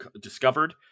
discovered